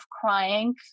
crying